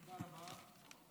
תודה רבה.